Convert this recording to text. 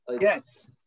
Yes